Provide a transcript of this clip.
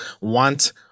want